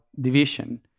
division